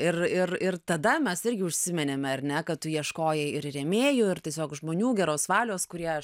ir ir ir tada mes irgi užsiminėme ar ne kad tu ieškojai ir rėmėjų ir tiesiog žmonių geros valios kurie